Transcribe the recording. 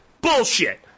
bullshit